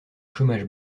chômage